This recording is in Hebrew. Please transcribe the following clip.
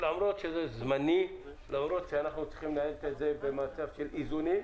למרות שזה זמני ואנחנו צריכים להסתכל במצב של איזון.